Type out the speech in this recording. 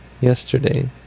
yesterday